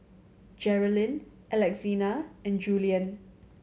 Jerrilyn Alexina and Julien